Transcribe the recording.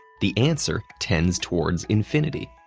the answer tends towards infinity.